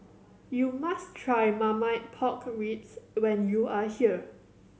you must try Marmite Pork Ribs when you are here